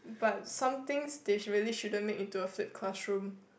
but something they should really shouldn't make into a flip classroom